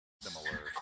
similar